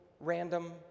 random